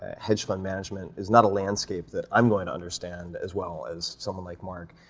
hedge fund management, is not a landscape that i'm going to understand as well as someone like mark,